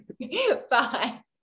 Bye